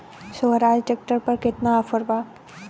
सोहराज tractor पर केतना offer बा?